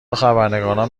خبرنگاران